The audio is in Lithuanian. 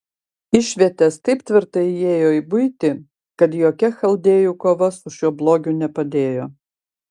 išvietės taip tvirtai įėjo į buitį kad jokia chaldėjų kova su šiuo blogiu nepadėjo